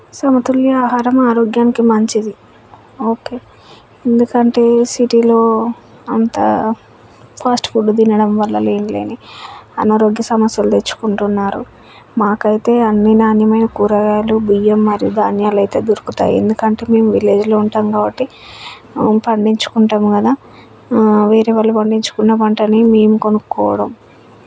సమతుల్య ఆహారం ఆరోగ్యానికి మంచిది ఓకే ఎందుకంటే సిటీలో అంత ఫాస్ట్ ఫుడ్ తినడం వల్ల లేనులేని అనారోగ్య సమస్యలు తెచ్చుకుంటున్నారు మాకైతే అన్ని నాణ్యమైన కూరగాయలు బియ్యం మరియు ధాన్యాలైతే దొరుకుతాయి ఎందుకంటే మేము విలేజ్లో ఉంటాం కాబట్టి పండించుకుంటాము కదా వేరే వాళ్ళు వండించుకున్న వంటని మేము కొనుక్కోవడం